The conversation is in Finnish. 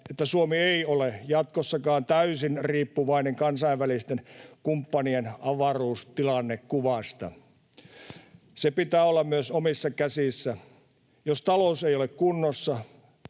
että Suomi ei ole jatkossakaan täysin riippuvainen kansainvälisten kumppanien avaruustilannekuvasta. Sen pitää olla myös omissa käsissä. Jos talous ei ole kunnossa,